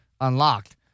unlocked